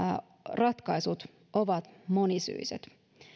ratkaisut ovat monisyiset